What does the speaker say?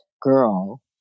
girl